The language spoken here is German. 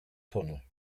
tunnel